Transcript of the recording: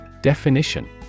Definition